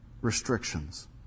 restrictions